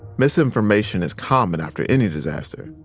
misinformation is common after any disaster.